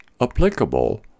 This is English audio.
applicable